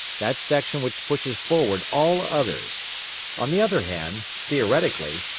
that section which pushes forward all others on the other hand, theoretically,